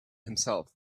himself